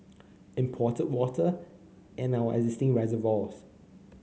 imported water and our existing reservoirs